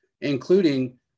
including